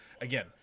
again